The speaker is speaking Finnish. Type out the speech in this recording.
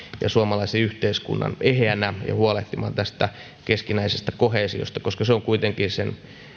ja suomalaisen yhteiskunnan eheänä ja huolehtimaan tästä keskinäisestä koheesiosta koska se on kuitenkin sen